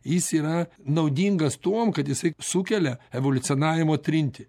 jis yra naudingas tuo kad jisai sukelia evoliucionavimo trintį